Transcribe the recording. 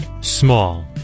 Small